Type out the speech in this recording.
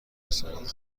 خسارت